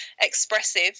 expressive